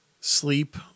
sleep